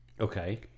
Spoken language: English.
Okay